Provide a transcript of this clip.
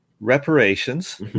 Reparations